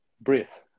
breath